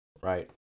right